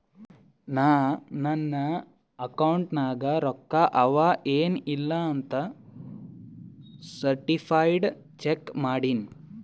ನಾ ನನ್ ಅಕೌಂಟ್ ನಾಗ್ ರೊಕ್ಕಾ ಅವಾ ಎನ್ ಇಲ್ಲ ಅಂತ ಸರ್ಟಿಫೈಡ್ ಚೆಕ್ ಮಾಡಿನಿ